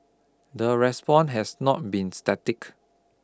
the response has not be static